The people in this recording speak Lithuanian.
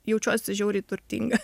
jaučiuosi žiauriai turtinga